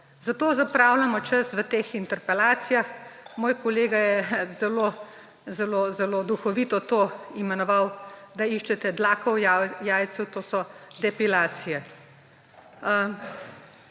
Za to zapravljamo čas v teh interpelacijah. Moj kolega je zelo, zelo, zelo duhovito to imenoval, da iščete dlako v jajcu, to so depilacije.